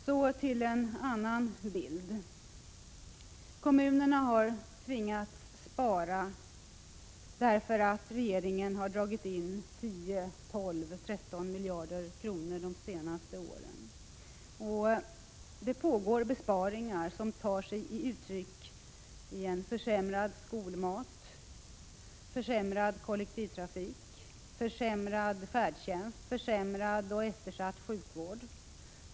Så till en annan bild. Kommunerna har tvingats spara därför att regeringen har dragit in anslag på 12-13 miljarder kronor de senaste åren. Det pågår besparingar på den landstingskommunala sidan som tar sig uttryck i försämrad skolmat, försämrad kollektivtrafik, försämrad färdtjänst, försämrad och eftersatt sjukvård.